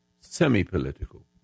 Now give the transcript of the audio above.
semi-political